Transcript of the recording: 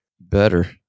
Better